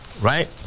Right